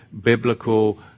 biblical